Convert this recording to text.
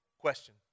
question